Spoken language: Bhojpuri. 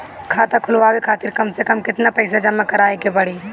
खाता खुलवाये खातिर कम से कम केतना पईसा जमा काराये के पड़ी?